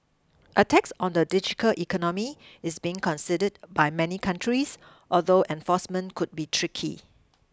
a tax on the digital economy is being considered by many countries although enforcement could be tricky